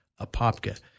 Apopka